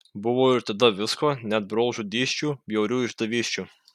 buvo ir tada visko net brolžudysčių bjaurių išdavysčių